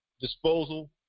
disposal